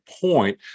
point